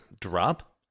drop